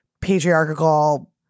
patriarchal